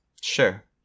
Sure